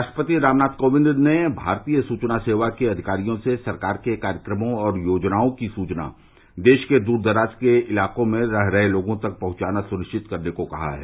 राष्ट्रपति रामनाथ कोविंद ने भारतीय सुचना सेवा के अधिकारियों से सरकार के कार्यक्रमों और योजनाओं की सुचना देश के दूर दराज के इलाकों में रह रहे लोगों तक पहुंचाना सुनिश्चित करने को कहा है